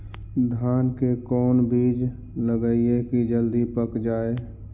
धान के कोन बिज लगईयै कि जल्दी पक जाए?